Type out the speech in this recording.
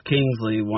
Kingsley